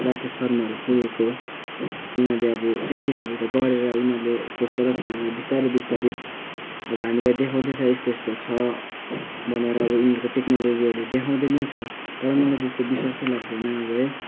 राकेश शर्माहरू पुगेको हो तिनीहरूले अब साइन्टिस्टहरूले त गएर उनीहरूले खोज तलास गरेर बिस्तारै बिस्तारै अब हामीलाई देखाउँदै छ यस्तो यस्तो छ भनेर अब उनीहरूको टेक्नोलोजीहरूले देखाउँदै नै छ तर मलाई चाहिँ यो सब विश्वासै लाग्दैन अब है